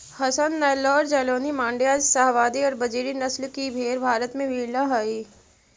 हसन, नैल्लोर, जालौनी, माण्ड्या, शाहवादी और बजीरी नस्ल की भेंड़ भारत में मिलअ हई